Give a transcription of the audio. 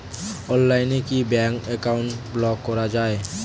অনলাইনে কি bank account block করা য়ায়?